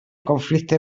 conflicte